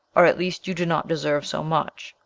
or at least you do not deserve so much,